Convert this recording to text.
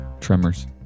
Tremors